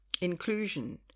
inclusion